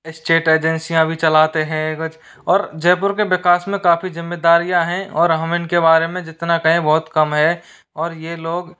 state एजेंसीयाँ भी चलाते हैं और जयपुर के विकास में काफ़ी जिम्मेदारियाँ हैं और हम इन के बारे में जितना कहें बहुत कम है और ये लोग